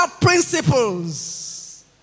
principles